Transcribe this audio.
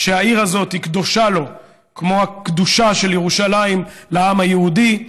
שהעיר הזאת היא קדושה לו כמו הקדושה של ירושלים לעם היהודי.